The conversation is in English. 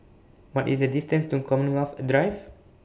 What IS The distance to Commonwealth Drive